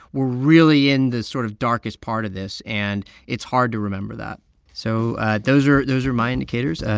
we're really in the sort of darkest part of this. and it's hard to remember that so those are those are my indicators.